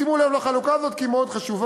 שימו לב לחלוקה הזאת, כי היא מאוד חשובה.